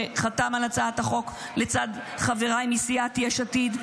שחתם על הצעת החוק לצד חבריי מסיעת יש עתיד.